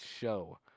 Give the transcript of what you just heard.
show